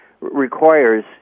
requires